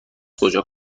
کجا